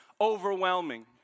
overwhelming